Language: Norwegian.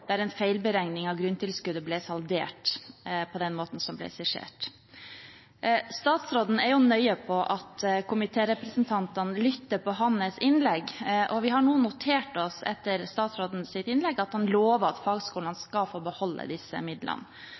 der en feilberegning av grunntilskuddet ble saldert på den måten som skissert. Statsråden er nøye på at komitérepresentantene lytter til hans innlegg, og vi har nå – etter statsrådens innlegg – notert oss at han lover at fagskolene skal få beholde disse midlene.